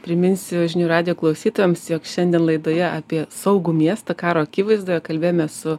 priminsiu žinių radijo klausytojams jog šiandien laidoje apie saugų miestą karo akivaizdoje kalbėjomės su